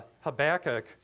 Habakkuk